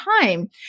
time